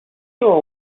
sure